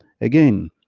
again